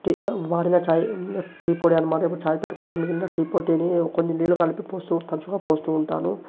టీల వాడిన ఛాయి టీ పొడి అన్నమాట ఇప్పుడు ఛాయ్ పెట్టుకున్న మిగిలిన టీ పొడి టీని కొంచెం నీళ్ళు కలిపి పోస్తూ తరచుగా పోస్తూ ఉంటాను